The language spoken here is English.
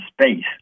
space